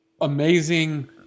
amazing